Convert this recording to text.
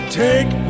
take